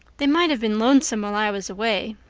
they might have been lonesome while i was away,